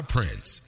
Prince